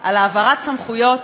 על העברת סמכויות